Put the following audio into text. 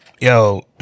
Yo